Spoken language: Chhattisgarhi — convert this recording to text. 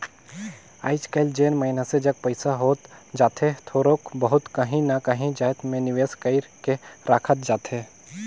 आएज काएल जेन मइनसे जग पइसा होत जाथे थोरोक बहुत काहीं ना काहीं जाएत में निवेस कइर के राखत जाथे